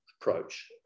approach